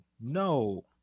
no